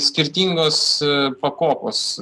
skirtingos pakopos